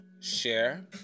share